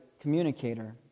communicator